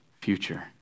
future